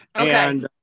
Okay